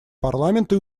парламента